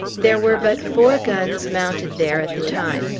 there were but four guns mounted there at the time.